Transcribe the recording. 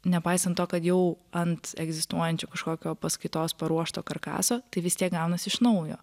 nepaisant to kad jau ant egzistuojančio kažkokio paskaitos paruošto karkaso tai vis tiek gaunasi iš naujo